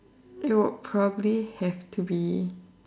it will probably have to be